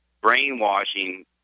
brainwashing